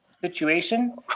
situation